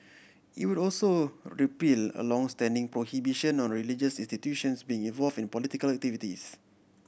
it would also repeal a long standing prohibition on religious institutions being involve in political activities